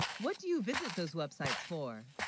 what do you visit those websites for